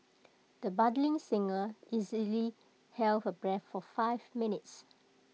the budding singer easily held her breath for five minutes